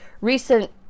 recent